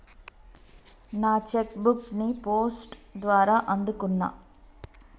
నా cheque book ని post ద్వారా అందుకున్నా